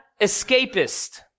escapist